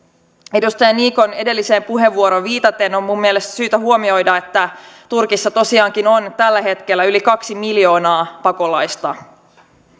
edustaja niikon edelliseen puheenvuoroon viitaten on minun mielestäni syytä huomioida että turkissa tosiaankin on tällä hetkellä yli kaksi miljoonaa pakolaista